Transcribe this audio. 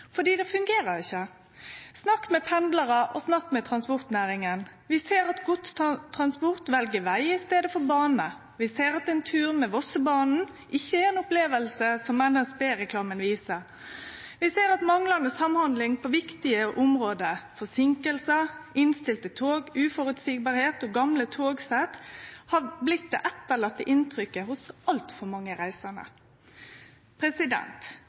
fordi det ikkje fungerer. Snakk med pendlarar, og snakk med transportnæringa. Vi ser at ein for godstransport vel veg i staden for bane, vi ser at ein tur med Vossebanen ikkje er ei oppleving, som NSB-reklamen viser, vi ser at manglande samhandling på viktige område, forseinkingar, innstilte tog, uføreseielege forhold og gamle togsett har blitt det etterlatne inntrykket hos altfor mange reisande.